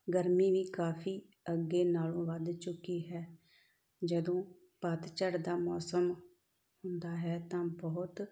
ਗਰਮੀ ਵੀ ਕਾਫੀ ਅੱਗੇ ਨਾਲੋਂ ਵੱਧ ਚੁੱਕੀ ਹੈ ਜਦੋਂ ਪੱਤਝੜ ਦਾ ਮੌਸਮ ਹੁੰਦਾ ਹੈ ਤਾਂ ਬਹੁਤ